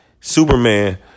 Superman